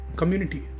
community